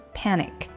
panic，